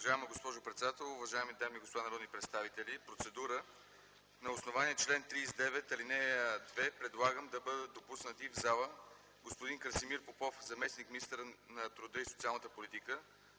Уважаема госпожо председател, уважаеми дами и господа народни представители! На основание чл. 39, ал. 2 предлагам да бъдат допуснати в залата господин Красимир Попов – заместник-министър на труда и социалната политика,